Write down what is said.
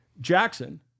Jackson